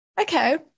okay